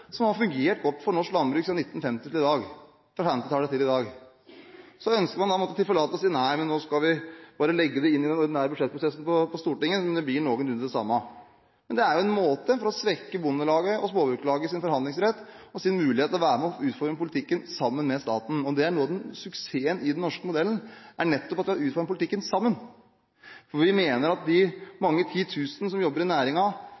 som har fungert godt for norsk landbruk fra 1950-tallet til i dag. Man sier da tilforlatelig at nå skal vi bare legge det inn i den ordinære budsjettprosessen på Stortinget – det blir noenlunde det samme. Det er jo en måte å svekke Bondelagets og Småbrukarlagets forhandlingsrett på, og deres mulighet til å være med og utforme politikken sammen med staten. Noe av suksessen i den norske modellen er nettopp at vi har utformet politikken sammen. Vi mener at de mange titusener som jobber i